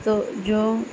تو جو